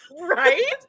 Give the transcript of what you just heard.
right